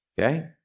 Okay